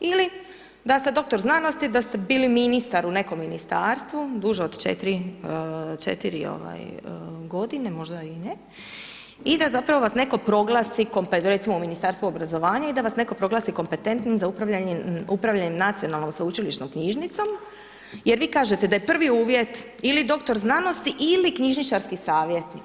Ili da ste doktor znanosti i da ste bili ministar u nekom ministarstvu duže od 4 godine, možda i ne, i da zapravo vas netko proglasi, recimo Ministarstvo obrazovanja i da vas netko proglasi kompetentnim za upravljanje nacionalnom sveučilišnom knjižnicom jer vi kažete da je prvi uvjet ili doktor znanosti ili knjižničarski savjetnik.